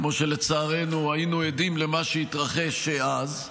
כמו שלצערנו היינו עדים למה שהתרחש אז,